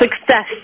success